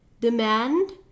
demand